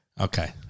Okay